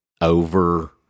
over